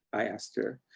i asked her,